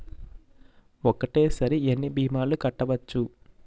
ఒక్కటేసరి ఎన్ని భీమాలు కట్టవచ్చు?